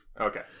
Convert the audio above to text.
Okay